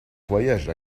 voyage